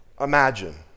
imagine